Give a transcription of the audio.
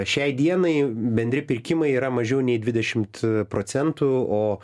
šiai dienai bendri pirkimai yra mažiau nei dvidešimt procentų o